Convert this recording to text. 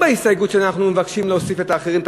גם היום בהסתייגות שלנו אנחנו מבקשים להוסיף את האחרים,